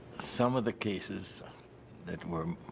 some of the cases that were,